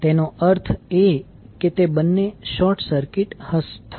તેનો અર્થ એ કે તે બંને શોર્ટ સર્કિટ થશે